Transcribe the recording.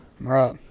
right